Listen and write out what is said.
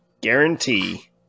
guarantee